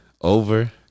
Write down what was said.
Over